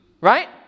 right